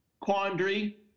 quandary